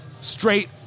straight